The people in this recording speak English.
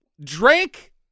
drank